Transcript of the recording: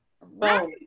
Right